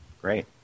Great